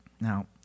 Now